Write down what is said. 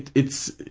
it's,